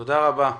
תודה רבה.